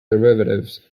derivatives